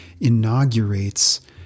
inaugurates